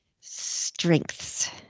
strengths